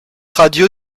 radio